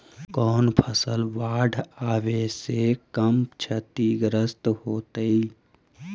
कौन फसल बाढ़ आवे से कम छतिग्रस्त होतइ?